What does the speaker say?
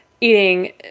eating